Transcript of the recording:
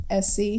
SC